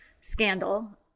scandal